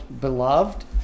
beloved